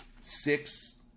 six